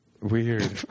weird